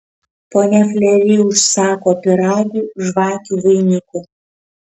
ponia fleri užsako pyragų žvakių vainikų